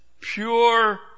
pure